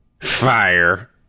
fire